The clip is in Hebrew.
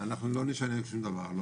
אנחנו לא נשנה שום דבר,